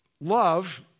Love